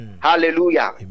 hallelujah